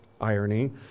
irony